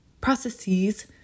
processes